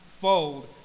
fold